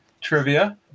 trivia